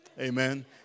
Amen